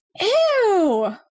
Ew